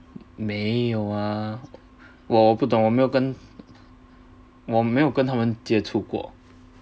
没有啊我不懂我没有跟我没有跟他们接触过